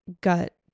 gut